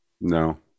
No